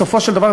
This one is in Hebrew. בסופו של דבר,